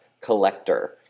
collector